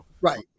Right